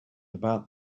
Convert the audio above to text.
about